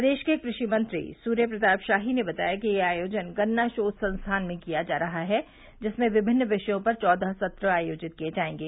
प्रदेश के कृषि मंत्री सूर्य प्रताप शाही ने बताया कि यह आयोजन गन्ना शोघ संस्थान में किया जा रहा है जिसमें विभिन्न विषयों पर चौदह सत्र आयोजित किये जायेंगे